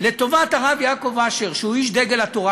לטובת הרב יעקב אשר שהוא איש דגל התורה,